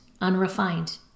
unrefined